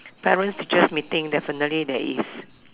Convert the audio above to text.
parents teachers meeting definitely there is